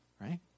right